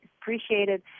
appreciated